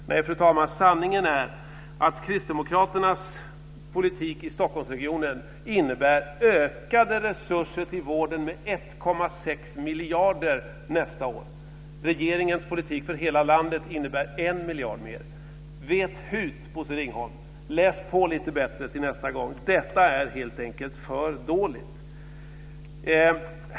Nej, fru talman, sanningen är att Kristdemokraternas politik i Stockholmsregionen innebär ökade resurser till vården med 1,6 miljarder kronor nästa år. Regeringens politik för hela landet innebär 1 miljard mer. Vet hut, Bosse Ringholm! Läs på lite bättre till nästa gång. Detta är helt enkelt för dåligt.